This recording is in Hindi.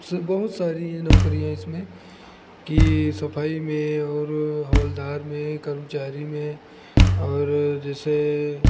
स बहुत सारी हैं नौकरियां इसमें कि सफाई में और हवलदार में कर्मचारी में और जैसे